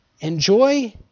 enjoy